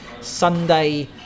Sunday